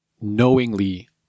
knowingly